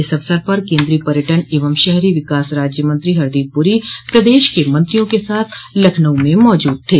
इस अवसर पर केन्द्रीय पर्यटन एवं शहरी विकास राज्य मंत्री हरदीप पुरी प्रदेश के मंत्रियों के साथ लखनऊ में मौजूद थे